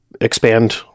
expand